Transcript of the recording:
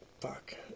fuck